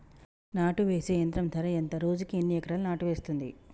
నాటు వేసే యంత్రం ధర ఎంత రోజుకి ఎన్ని ఎకరాలు నాటు వేస్తుంది?